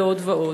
ועוד ועוד.